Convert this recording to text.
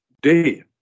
day